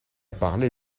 parlé